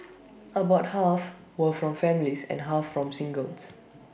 about half were from families and half from singles